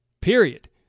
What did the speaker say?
period